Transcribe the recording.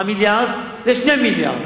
האיזון, מ-4 מיליארד ל-2 מיליארד.